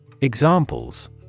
Examples